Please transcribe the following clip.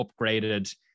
upgraded